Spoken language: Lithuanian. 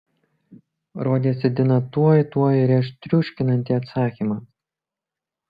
rodėsi dina tuoj tuoj rėš triuškinantį atsakymą